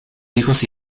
hijos